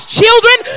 children